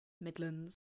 Midlands